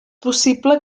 possible